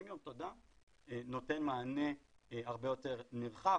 נותן מענה הרבה יותר נרחב,